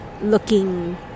looking